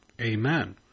amen